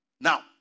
Now